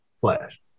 flash